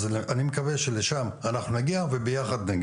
אז, אני מקווה שלשם אנחנו נגיע וביחד.